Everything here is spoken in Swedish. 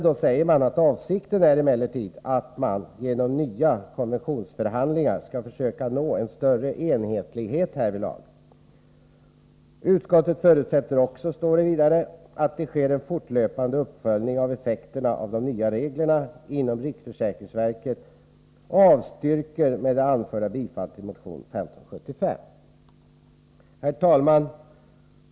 Vidare säger man: ”Avsikten är emellertid att man genom nya konventionsförhandlingar skall försöka nå en större enhetlighet härvidlag. Utskottet förutsätter också att det sker en fortlöpande uppföljning av effekterna av de nya reglerna inom riksförsäkringsverket och avstyrker med det anförda bifall till motion 1575.” Herr talman!